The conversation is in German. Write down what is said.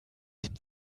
dem